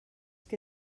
que